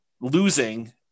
losing